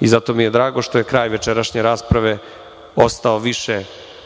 Zato mi je drago što je kraj večerašnje rasprave ostao više u svetlu